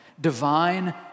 divine